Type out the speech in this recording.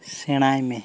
ᱥᱮᱬᱟᱭ ᱢᱮ